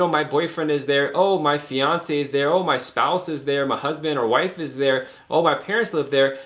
my boyfriend is there oh, my fiance is there. oh, my spouse is there my husband or wife is there oh, my parents live there,